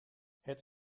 het